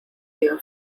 your